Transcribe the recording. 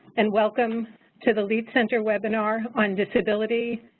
and welcome to the lead center webinar on disability,